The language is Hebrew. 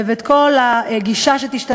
מה אתה אומר?